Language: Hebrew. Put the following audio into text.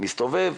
מסתובב,